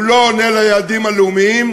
הוא לא עונה על היעדים הלאומיים,